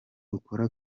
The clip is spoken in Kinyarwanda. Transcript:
ukora